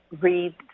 read